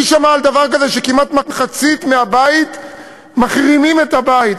מי שמע על דבר כזה שכמעט מחצית מהבית מחרימים את הבית?